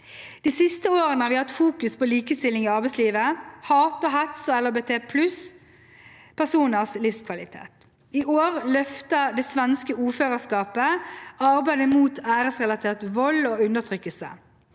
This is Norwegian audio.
De siste årene har vi hatt fokus på likestilling i arbeidslivet, hat og hets og LHBT+-personers livskvalitet. I år løfter det svenske ordførerskapet arbeidet mot æresrelatert vold og undertrykkelse.